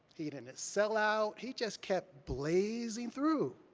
he didn't sell out, he just kept blazing through.